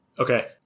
Okay